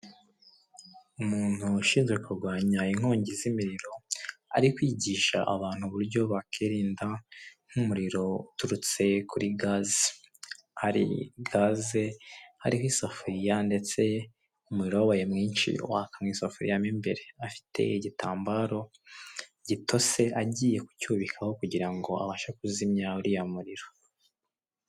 Umuntu ushinzwe kurwanya inkongi z'imiriro ari kwigisha abantu uburyo bakirinda nk'umuriro uturutse kuri gaze, hari gaze hariho isafuriya ndetse umuriro wabaye mwinshi waka mu isafuriya mu imbere, afite igitambaro gitose agiye kucyubikaho kugira ngo abashe kuzimya uriya muriro.